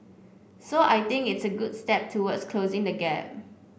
so I think it's a good step towards closing the gap